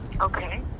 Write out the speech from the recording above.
Okay